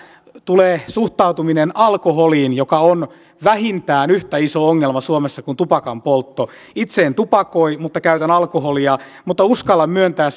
tulee suhtautuminen alkoholiin joka on vähintään yhtä iso ongelma suomessa kuin tupakanpoltto itse en tupakoi mutta käytän alkoholia ja uskallan myöntää